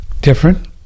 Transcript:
different